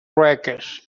wreckage